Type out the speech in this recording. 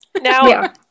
now